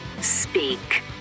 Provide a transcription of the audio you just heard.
Speak